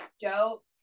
joe